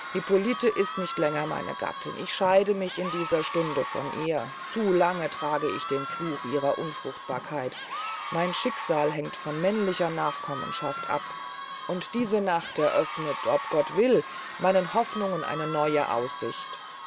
hippolite ist nicht länger meine gattin ich scheide mich in dieser stunde von ihr zu lange trage ich den fluch ihrer unfruchtbarkeit mein schicksal hängt von männlicher nachkommenschaft ab und diese nacht eröfnet ob gott will meinen hofnungen eine neue aussicht